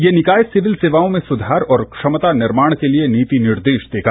यह निकाय सिविल सेवाओं में सुधार और क्षमता निर्माण के लिए नीति निर्देश प्रदान करेगा